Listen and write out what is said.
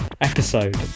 episode